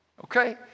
Okay